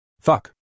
Fuck